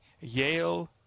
Yale